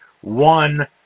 one